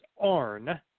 ARN